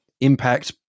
impact